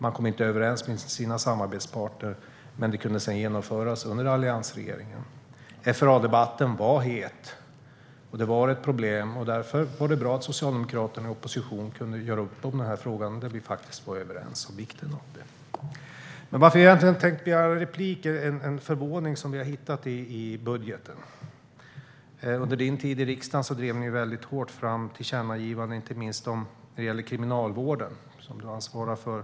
Man kom inte överens med sina samarbetspartner, men detta kunde sedan genomföras under alliansregeringen. FRA-debatten var het, och det fanns problem. Därför var det bra att Socialdemokraterna i opposition kunde göra upp om frågan, som vi var överens om vikten av. Egentligen tänkte jag begära replik på grund av något som jag hittade i budgeten och som förvånade mig. Under din tid i riksdagen, Morgan Johansson, drev ni hårt fram tillkännagivanden inte minst om kriminalvården, som du ansvarar för.